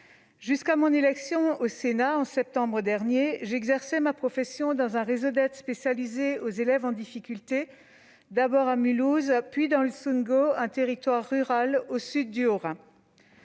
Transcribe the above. Jusqu'à mon élection au Sénat en septembre dernier, j'exerçais ma profession dans un réseau d'aides spécialisées aux élèves en difficulté, un Rased, d'abord à Mulhouse, puis dans le Sundgau, un territoire rural du sud du Haut-Rhin.